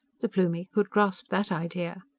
the plumie could grasp that idea.